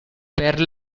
per